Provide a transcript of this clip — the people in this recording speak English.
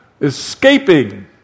escaping